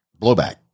blowback